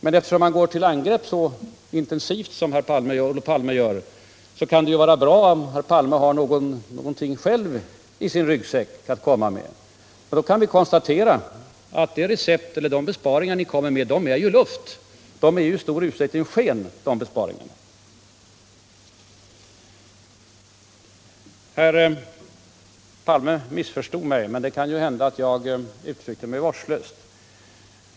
Med tanke på att Olof Palme så intensivt går till angrepp kunde det vara bra om herr Palme själv hade något att ta fram ur sin ryggsäck. Vi kunde då också konstatera att den budgetförstärkning ni säger er åstdkomma i stor utsträckning är ett sken. Herr Palme missförstod mig på en annan punkt, men det kan ju hända att jag uttryckte mig vårdslöst.